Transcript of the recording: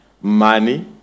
money